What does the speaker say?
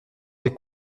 des